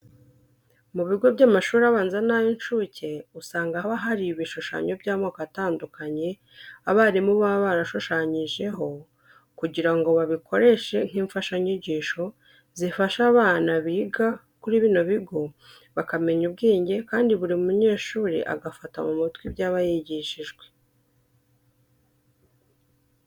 Ku bigo by'amashuri abanza n'ay'incuke, usanga haba hari ibishushanyo by'amoko atandukanye abarimu baba barashushanyijeho kugira ngo babikoreshe nk'imfashanyigisho, zifasha abana biga kuri bino bigo, bakamenya ubwenge kandi buri munyeshuri agafata mu mutwe ibyo aba yigishijwe.